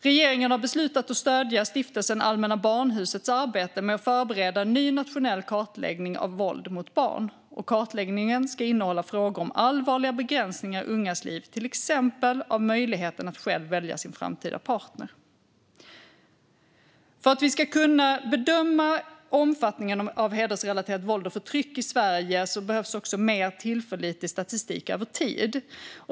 Regeringen har beslutat att stödja Stiftelsen Allmänna Barnhusets arbete med att förbereda en ny nationell kartläggning av våld mot barn. Kartläggningen ska innehålla frågor om allvarlig begränsning av ungas liv, till exempel när det gäller möjligheten att själv välja sin framtida partner. För att vi ska kunna bedöma omfattningen av hedersrelaterat våld och förtryck i Sverige behövs också mer tillförlitlig statistik över tid.